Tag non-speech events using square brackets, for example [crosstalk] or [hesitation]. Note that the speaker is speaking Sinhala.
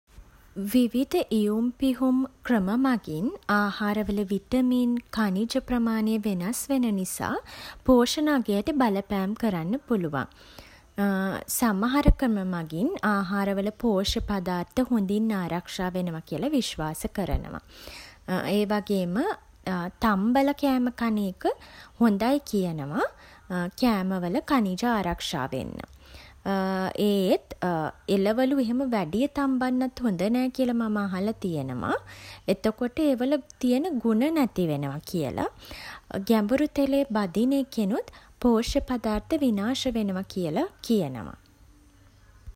විවිධ ඉවුම් පිහුම් ක්‍රම මගින් ආහාරවල විටමින්, ඛනිජ ප්‍රමාණය වෙනස් වෙන නිසා පෝෂණ අගයට බලපෑම් කරන්න පුළුවන්. [hesitation] සමහර ක්‍රම මගින් ආහාරවල පෝෂ්‍ය පදාර්ථ හොඳින් ආරක්ෂා වෙනවා කියලා විශ්වාස කරනවා. [hesitation] ඒවගේම තම්බලා කෑම කන එක හොඳයි කියනවා කෑමවල ඛනිජ ආරක්ෂා වෙන්න. [hesitation] ඒත්, එළවලු එහෙම වැඩිය තම්බන්නත් හොඳ නෑ කියලා මම අහලා තියෙනවා, එතකොට ඒවල තියෙන ගුණ නැති වෙනවා කියලා. ගැඹුරු තෙලේ බදින එකෙනුත් පෝෂ්‍ය පදාර්ථ විනාශ වෙනවා කියලා කියනවා.